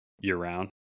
year-round